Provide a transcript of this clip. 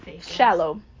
shallow